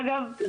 אגב,